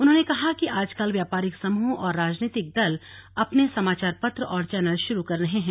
उन्होंने कहा कि आजकल व्यापारिक समूह और राजनीतिक दल भी अपने समाचार पत्र और चैनल शुरू कर रहे हैं